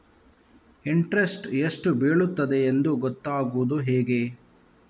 Interest ಎಷ್ಟು ಬೀಳ್ತದೆಯೆಂದು ಗೊತ್ತಾಗೂದು ಹೇಗೆ?